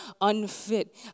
unfit